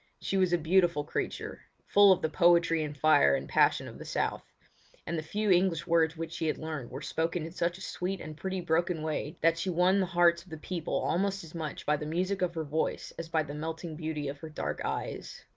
she was a beautiful creature, full of the poetry and fire and passion of the south and the few english words which she had learned were spoken in such a sweet and pretty broken way that she won the hearts of the people almost as much by the music of her voice as by the melting beauty of her dark eyes.